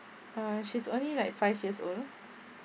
uh she's only like five years old